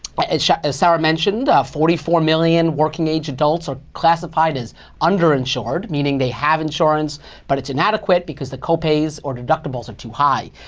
but yeah as sara mentioned, forty four million working age adults are classified as underinsured, meaning they have insurance but it's inadequate because the co-pays or deductibles are too high.